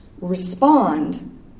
respond